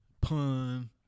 Pun